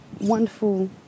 wonderful